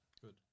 Good